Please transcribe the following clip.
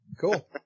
Cool